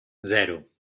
zero